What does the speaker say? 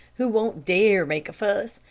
who won't dare make a fuss.